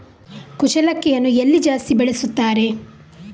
ಕುಚ್ಚಲಕ್ಕಿಯನ್ನು ಎಲ್ಲಿ ಜಾಸ್ತಿ ಬೆಳೆಸುತ್ತಾರೆ?